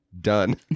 done